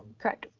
correct,